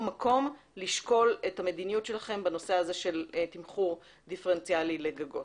מקום לשקול את המדיניות שלכם בנושא של תמחור דיפרנציאלי לגגות.